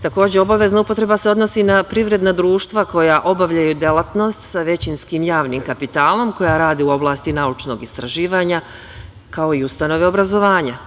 Takođe, obavezna upotreba se odnosi na privredna društva koja obavljaju delatnost sa većinskim javnim kapitalom koja radi u oblasti naučnog istraživanja, kao i ustanove obrazovanja.